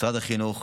משרד החינוך,